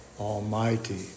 Almighty